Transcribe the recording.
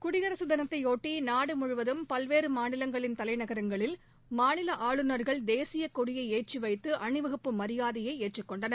குடியரசு திளத்தையொட்டி நாடு முழுவதம் பல்வேறு மாநிலங்களின் தலைநகரங்களில் மாநில ஆளுநர்கள் தேசிய கொடியை ஏற்றி வைத்து அணிவகுப்பு மரியாதையை ஏற்றுக்கொண்டனர்